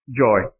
joy